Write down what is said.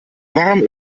warm